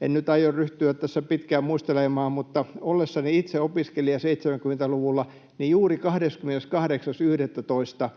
en nyt aio ryhtyä tässä pitkään muistelemaan — että ollessani itse opiskelija 70-luvulla juuri 28.11.